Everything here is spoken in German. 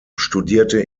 studierte